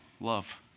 Love